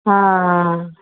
ಹಾಂ ಹಾಂ